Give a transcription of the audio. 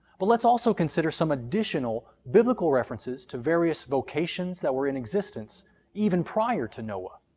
but let's also consider some additional biblical references to various vocations that were in existence even prior to noah.